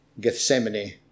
Gethsemane